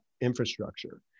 infrastructure